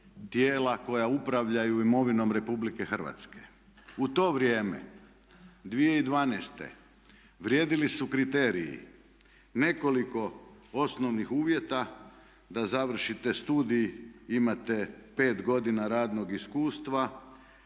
koja upravljaju imovinom RH. U to vrijeme 2012.vrijedili su kriteriji nekoliko osnovnih uvjeta da završite studij, imate 5 godina radnog iskustva